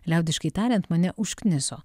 liaudiškai tariant mane užkniso